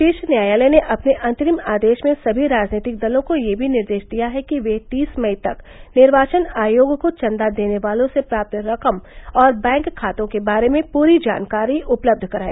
शीर्ष न्यायालय ने अपने अंतरिम आदेश में समी राजनीतिक दलों को यह भी निर्देश दिया है कि वे तीस मई तक निर्वाचन आयोग को चंदा देने वालों से प्राप्त रकम और बैंक खातों के बारे में पूरी जानकारी उपलब्ध कराए